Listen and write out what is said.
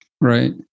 Right